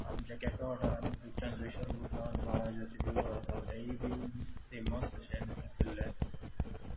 आमच्या केप्यां वाठारांत चंद्रेश्रवर भूतनाथ महाराजाचें देवूळ आसा तेंय बीन फॅमस अशें आशिल्लें